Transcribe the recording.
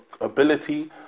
ability